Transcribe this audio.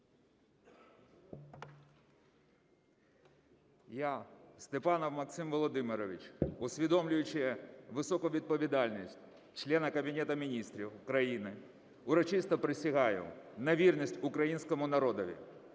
Я, Степанов Максим Володимирович, усвідомлюючи високу відповідальність члена Кабінету Міністрів України, урочисто присягаю на вірність Українському народові.